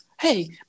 Hey